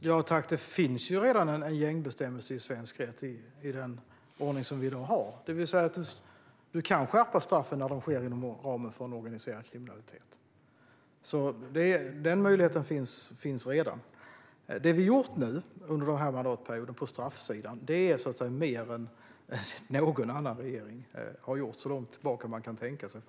Herr talman! Det finns ju redan en gängbestämmelse i svensk rättsordning i dag. Det vill säga du kan skärpa straffen vid brott inom ramen för en organiserad kriminalitet. Den möjligheten finns redan. Det vi har gjort på straffsidan under den här mandatperioden är mer än någon annan regering har gjort så långt tillbaka man kan tänka sig.